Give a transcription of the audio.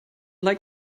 like